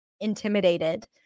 intimidated